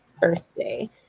birthday